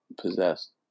possessed